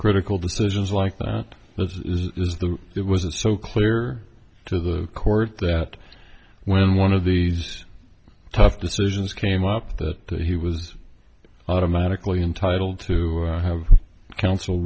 critical decisions like that but it was the it was the so clear to the court that when one of these tough decisions came up that he was automatically entitled to have counsel